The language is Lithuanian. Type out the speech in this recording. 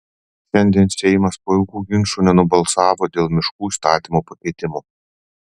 šiandien seimas po ilgų ginčų nenubalsavo dėl miškų įstatymo pakeitimų